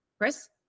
Chris